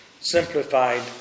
simplified